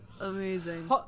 Amazing